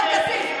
עופר כסיף.